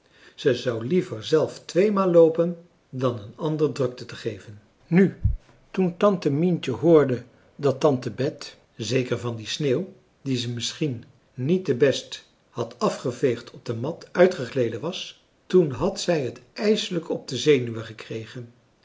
ze zou liever zelf tweemaal loopen dan een ander drukte te geven nu toen tante mientje hoorde dat tante bet zeker van die sneeuw die ze misschien niet te best had afgeveegd op de mat uitgegleden was toen had zij het ijslijk op de zenuwen gekregen